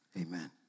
Amen